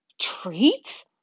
Treats